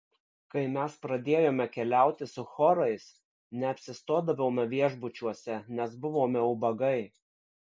kai mes pradėjome keliauti su chorais neapsistodavome viešbučiuose nes buvome ubagai